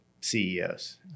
CEOs